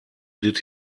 did